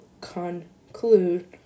conclude